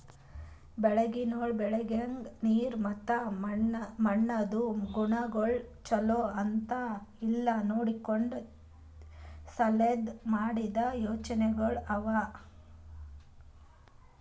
ಬೆಳಿಗೊಳ್ ಬೆಳಿಯಾಗ್ ನೀರ್ ಮತ್ತ ಮಣ್ಣಿಂದ್ ಗುಣಗೊಳ್ ಛಲೋ ಅದಾ ಇಲ್ಲಾ ನೋಡ್ಕೋ ಸಲೆಂದ್ ಮಾಡಿದ್ದ ಯೋಜನೆಗೊಳ್ ಅವಾ